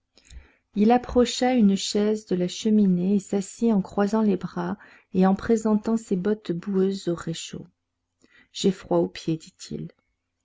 il approcha une chaise de la cheminée et s'assit en croisant les bras et en présentant ses bottes boueuses au réchaud j'ai froid aux pieds dit-il